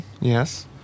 Yes